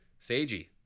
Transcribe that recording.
Seiji